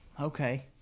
Okay